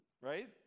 Right